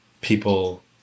people